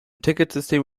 ticketsystem